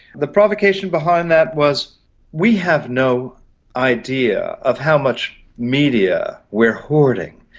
the provocation behind that was we have no idea of how much media we're hoarding,